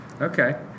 Okay